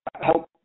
help